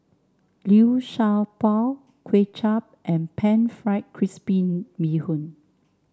Liu Sha Bao Kuay Chap and pan fried crispy Bee Hoon